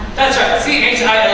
that's right, c h i